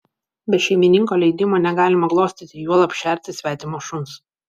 be šeimininko leidimo negalima glostyti juolab šerti svetimo šuns